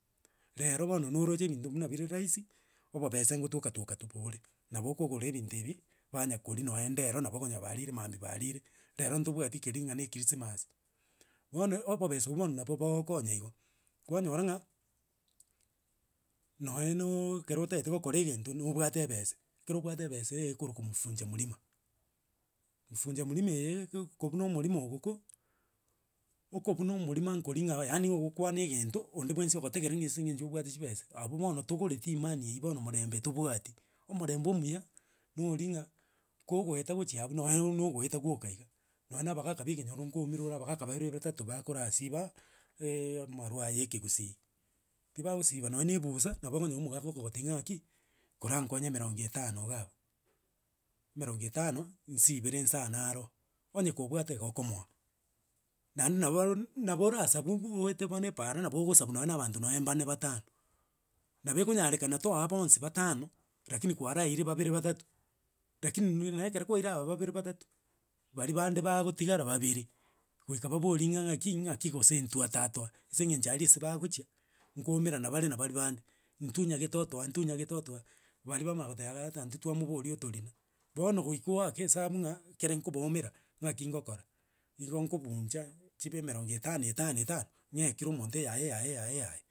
Rero bono noroche. mbuna ebinto bire raisi. obobese gotokatoka bore. Nabo okongora ebinto ebi banga kori. nonya ndero nabo okonyora barire mambi banue. Ndero tobwati keri mbuna rero ne chrismasi. Bono obobesa obwo nabo bogokonya igo. Kwanyora buna inga. nonya ke oagete gokora egento nobuate ebesa. Ikete obwate ebese. Igo ekorokwa mvunja mlima. Mvunja mlima eye. kobuna omorima oyooko. okobuna omorima. kori mbuna. yaaniii. Igo ogokwana egento. onde bwensi ogotegerera. ense gencho. obwate chibese. Abwo bono togoreti imani eywo. mbono morembe tobwati. omorembe omuya nori buna. kwo gueta nonya abagaka be. ekenyoro. koumera ore abagakaka babere. batalo. bakora siba. Amarua aya ye ekegusii ki bagosiba nonya ebusaa. nabo okonywa omogoka ogogotebi bana ngaki kwa konya emerongo nonya etano ngabu. isibire insaa naro. Onye kobwate nigo okomwaa. Naende nabo orasabu agoete epara. nabo ogosabu nonye na abanto bane batano. Nabo ekanyarekana toa bonsi batano. rakini. kwaraire babere batato. rakini nekero kwaire aba babere. Goika bwa bworie nga. nga naki gose itwe atatoa? Ase engenche aria ase bagochia koumerana bare na bari bande. Itu nyangete otoa. itu nyangete otoa. Bari bamanyagoteba twamabori otorina. Bono. goika oake esabana nga buna. ekero kubaumera ngaki gokora. igo kobuncha chibe emerogo etano etano etano nge ikere monto enyaye enyaye enyaye.